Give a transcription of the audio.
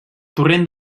torrent